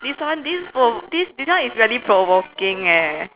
this one this one later oh this this one is really provoking leh